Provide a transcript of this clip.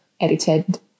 edited